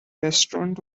restaurant